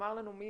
שתאמר לנו אל